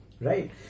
Right